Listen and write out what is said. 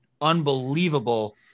unbelievable